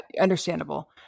understandable